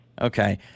Okay